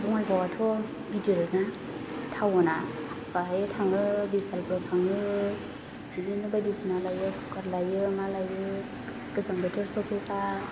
बङाइगावआथ' गिदिरना टाउना बाहाय थाङो बिशालफ्राव थाङो बिदिनो बायदिसिना लायो कुखार लायो मा लायो गोजां बोथोर सफैबा